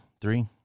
three